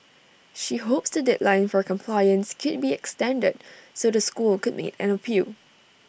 she hopes the deadline for compliance could be extended so the school could make an appeal